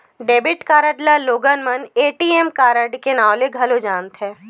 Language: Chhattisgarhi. डेबिट कारड ल लोगन मन ए.टी.एम कारड के नांव ले घलो जानथे